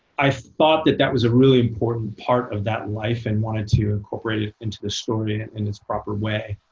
i thought that that was a really important part of that life, and wanted to incorporate it into the story in and in its proper way.